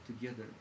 together